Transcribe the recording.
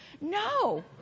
No